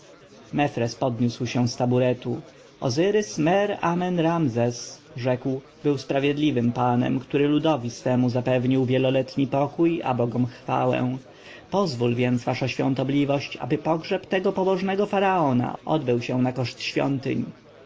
mefres podniósł się z taburetu ozyrys-mer-amen-ramzes rzekł był sprawiedliwym panem który ludowi swemu zapewnił wieloletni spokój a bogom chwałę pozwól więc wasza świątobliwość aby pogrzeb tego pobożnego faraona odbył się na koszt świątyń